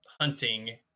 hunting